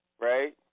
right